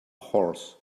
horse